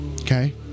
Okay